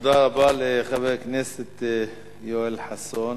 תודה רבה לחבר הכנסת יואל חסון.